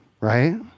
right